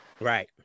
right